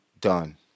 done